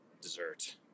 Dessert